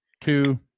two